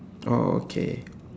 oh okay